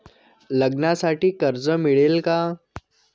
लग्नासाठी कर्ज मिळेल का?